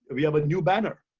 but we have a new banner.